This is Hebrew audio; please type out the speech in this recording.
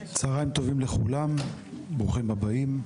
צוהריים טובים לכולם וברוכים הבאים.